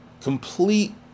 complete